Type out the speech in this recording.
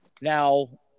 Now